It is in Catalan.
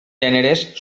gèneres